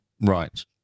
Right